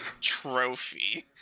trophy